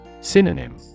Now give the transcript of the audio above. Synonym